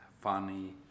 funny